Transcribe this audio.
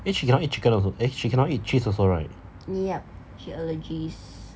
eh she cannot eat chicken also eh she cannot eat cheese also right